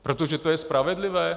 Protože to je spravedlivé?